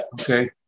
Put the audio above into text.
Okay